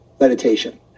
meditation